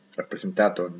rappresentato